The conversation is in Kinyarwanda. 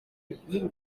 riti